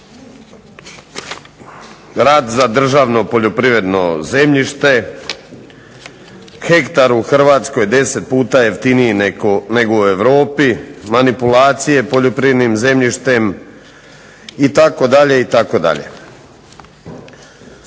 rad za državno poljoprivredno zemljište, hektar u Hrvatskoj 10 puta jeftiniji nego u Europi, manipulacije poljoprivrednim zemljištem itd., itd.